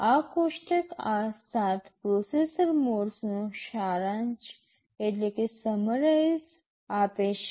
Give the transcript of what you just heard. આ કોષ્ટક આ ૭ પ્રોસેસર મોડ્સનો સારાંશ આપે છે